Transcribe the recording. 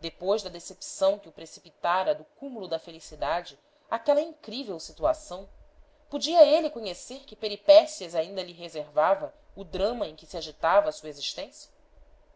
depois da decepção que o precipitara do cúmulo da felicidade àquela incrível situação podia ele conhecer que peripécias ainda lhe reservava o drama em que se agitava sua existência